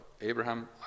Abraham